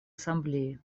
ассамблеи